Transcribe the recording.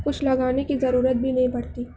کچھ لگانے کی ضرورت بھی نہیں پڑتی